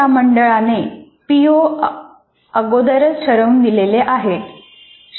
या मंडळाने P O अगोदरच ठरवून दिलेले आहेत